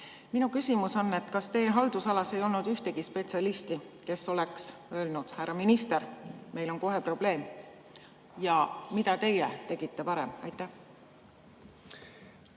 Minu küsimus. Kas teie haldusalas ei olnud ühtegi spetsialisti, kes oleks öelnud: "Härra minister, meil on kohe probleem"? Ja mida teie tegite varem? Aitäh!